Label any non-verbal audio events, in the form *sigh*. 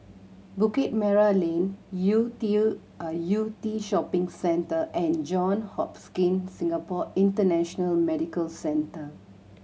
Bukit Merah Lane Yew Tew ah Yew Tee Shopping Centre and John *unintelligible* Singapore International Medical Centre